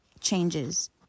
changes